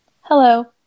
Hello